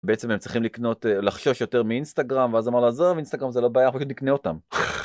בעצם הם צריכים לקנות לחשוש יותר מאינסטגרם, ואז אמר לו עזוב, אינסטגרם זה לא בעיה פשוט נקנה אותם.